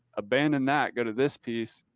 abandoned that go to this piece.